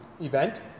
event